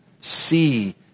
see